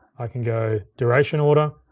i can go duration order,